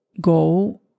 go